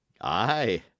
Aye